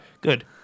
good